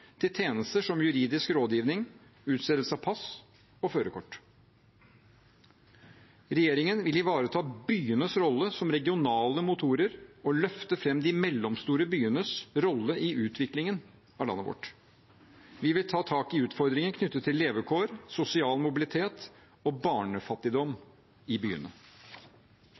til tjenester som juridisk rådgivning og utstedelse av pass og førerkort. Regjeringen vil ivareta byenes rolle som regionale motorer og løfte fram de mellomstore byenes rolle i utviklingen av landet vårt. Vi vil ta tak i utfordringer knyttet til levekår, sosial mobilitet og barnefattigdom i byene.